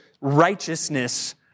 righteousness